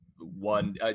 one